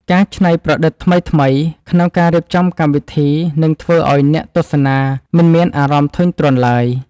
ការច្នៃប្រឌិតថ្មីៗ ក្នុងការរៀបចំកម្មវិធីនឹងធ្វើឱ្យអ្នកទស្សនាមិនមានអារម្មណ៍ធុញទ្រាន់ឡើយ។